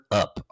up